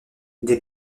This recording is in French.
des